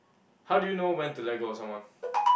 how do you know when to let go of someone